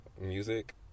Music